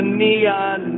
neon